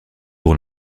pour